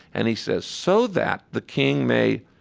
and he says, so that the king may